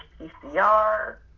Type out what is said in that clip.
PCR